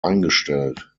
eingestellt